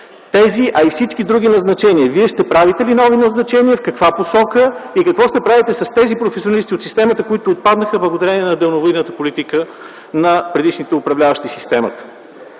Марина” и няколко други назначения. Вие ще правите ли нови назначения, в каква посока и какво ще правите с тези професионалисти от системата, които отпаднаха благодарение на недалновидната политика на предишните управляващи системата?